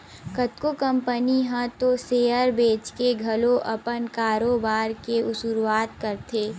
कतको कंपनी ह तो सेयर बेंचके घलो अपन कारोबार के सुरुवात करथे